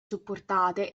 supportate